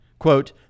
Quote